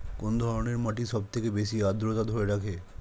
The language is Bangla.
কোন ধরনের মাটি সবথেকে বেশি আদ্রতা ধরে রাখে?